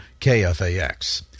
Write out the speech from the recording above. KFAX